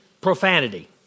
profanity